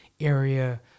area